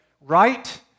right